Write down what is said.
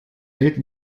welt